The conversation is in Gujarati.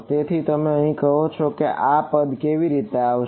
તેથી તમે કહો છો કે આ પદ આવી રીતે આવશે